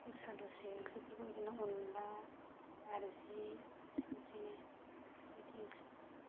दस्रा दस्रि ओंख्रिफोरखौ जेरै अनला नार्जि फारसेनिफ्रायनो बेबायदि ओंख्रि